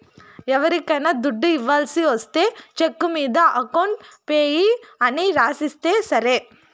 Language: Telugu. ఎవరికైనా దుడ్డు ఇవ్వాల్సి ఒస్తే చెక్కు మీద అకౌంట్ పేయీ అని రాసిస్తే సరి